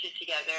together